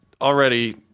already